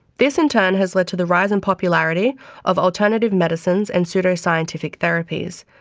this in turn has led to the rise in popularity of alternative medicines and pseudoscientific therapies,